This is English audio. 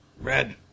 Red